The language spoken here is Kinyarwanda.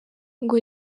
ngo